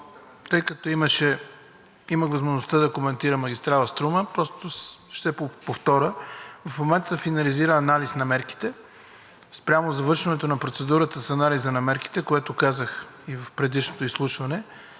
тъй като имах възможността да коментирам магистрала „Струма“, просто ще повторя. В момента финализираме анализ на мерките спрямо завършването на процедурата с анализа на мерките, което казах и в предишното изслушване,